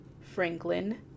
Franklin